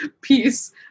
peace